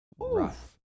Rough